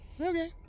Okay